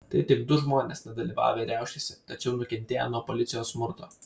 tai tik du žmonės nedalyvavę riaušėse tačiau nukentėję nuo policijos smurto